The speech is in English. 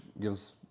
gives